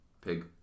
Pig